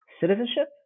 citizenship